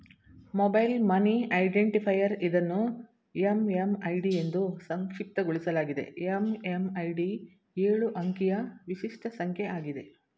mobile money identifier ಇದನ್ನು MMID ಎಂದೂ ಸಂಕ್ಷಿಪ್ತಗೊಳಿಸಲಾಗಿದೆ ಎಂ.ಎಂ.ಐ.ಡಿ ಎಳು ಅಂಕಿಯ ವಿಶಿಷ್ಟ ಸಂಖ್ಯೆ ಆಗಿದೆ